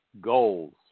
goals